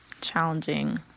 Challenging